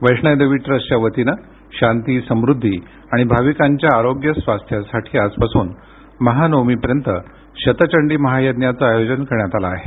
वैष्णो देवी ट्रस्टच्या वतीन शांती समृद्धी आणि भाविकांच्या आरोग्य स्वास्थ्यासाठी आजपासून महानवमीपर्यंत शत चंडी महायज्ञाचं आयोजन करण्यात आलं आहे